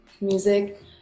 music